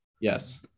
Yes